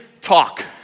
talk